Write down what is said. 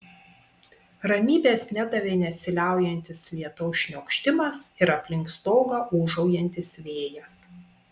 ramybės nedavė nesiliaujantis lietaus šniokštimas ir aplink stogą ūžaujantis vėjas